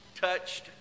touched